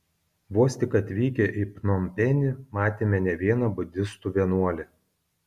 vos tik atvykę į pnompenį matėme ne vieną budistų vienuolį